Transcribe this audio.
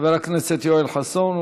חבר הכנסת יואל חסון,